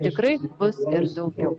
tikrai bus ir daugiau